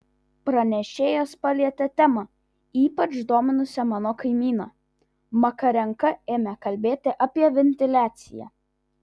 pranešėjas palietė temą ypač dominusią mano kaimyną makarenka ėmė kalbėti apie ventiliaciją